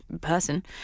Person